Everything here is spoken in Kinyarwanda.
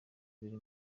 biri